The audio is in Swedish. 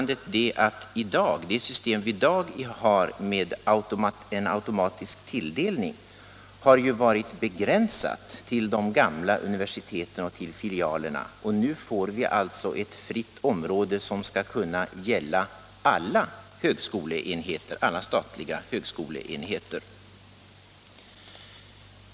Det system vi i dag har med en automatisk tilldelning har varit begränsat till de gamla univer siteten och till filialerna, medan vi nu får ett fritt område som skall kunna gälla alla statliga högskoleenheter.